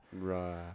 Right